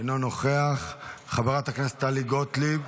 אינו נוכח, חברת הכנסת טלי גוטליב,